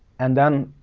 and then,